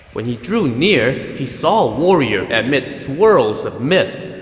when he drew near, he saw a warrior amid swirls of mist.